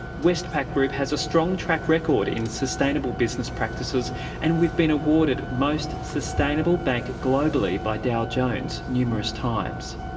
westpac group has a strong track record in sustainable business practices and we've been awarded most sustainable bank globally by dow jones numerous times.